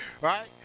Right